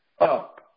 up